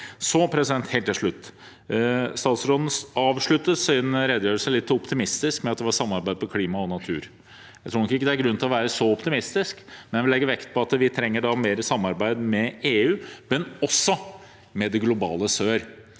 og barnearbeid. Helt til slutt: Statsråden avsluttet sin redegjørelse litt optimistisk med at det var samarbeid på klima- og naturområdet. Jeg tror nok ikke det er grunn til å være så optimistisk. Jeg vil likevel legge vekt på at vi trenger mer samarbeid med EU, og også med det globale sør,